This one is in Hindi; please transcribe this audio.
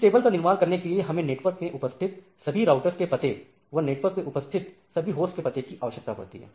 इस टेबल का निर्माण करने के लिए हमें नेटवर्क में उपस्थित सभी राउटर्स के पते एवं नेटवर्क में उपस्थित सभी होस्ट के पते की आवश्यकता पड़ती है